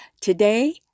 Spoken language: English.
Today